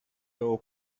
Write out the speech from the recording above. oak